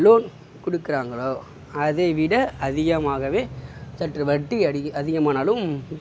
loan கொடுக்கறாங்களோ அதைவிட அதிகமாகவே சற்று வட்டி அதிகமானாலும்